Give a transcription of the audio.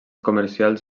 comercials